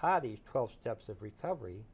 ta these twelve steps of recovery